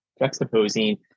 juxtaposing